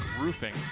roofing